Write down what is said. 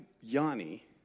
Yanni